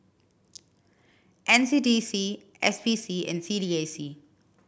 N C D C S P C and C D A C